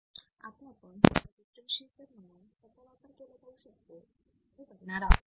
आता आपण याचा डिफरेंशीएटर म्हणून कसा वापर केला जाऊ शकतो हे बघणार आहोत